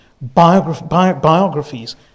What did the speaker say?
biographies